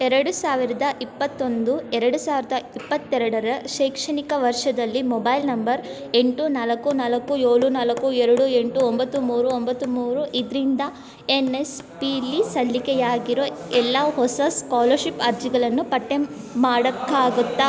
ಎರಡು ಸಾವಿರದ ಇಪ್ಪತ್ತೊಂದು ಎರಡು ಸಾವಿರದ ಇಪ್ಪತ್ತೆರಡರ ಶೈಕ್ಷಣಿಕ ವರ್ಷದಲ್ಲಿ ಮೊಬೈಲ್ ನಂಬರ್ ಎಂಟು ನಾಲ್ಕು ನಾಲ್ಕು ಏಳು ನಾಲ್ಕು ಎರಡು ಎಂಟು ಒಂಬತ್ತು ಮೂರು ಒಂಬತ್ತು ಮೂರು ಇದರಿಂದ ಎನ್ ಎಸ್ ಪಿಲಿ ಸಲ್ಲಿಕೆಯಾಗಿರೋ ಎಲ್ಲ ಹೊಸ ಸ್ಕಾಲರ್ಷಿಪ್ ಅರ್ಜಿಗಳನ್ನು ಪಟ್ಟಿ ಮಾಡೋಕ್ಕಾಗುತ್ತಾ